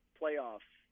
playoffs